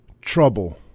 trouble